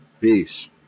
Peace